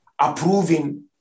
approving